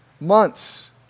Months